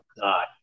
God